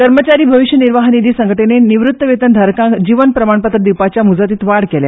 कर्मचारी भविश्य निर्वाह निधी संघटनेन निवृत्ती वेतन धारकांक जीवन प्रमाणपत्र दिवपाच्या मुजतीत वाड केल्या